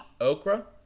Okra